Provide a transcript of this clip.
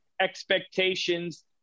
expectations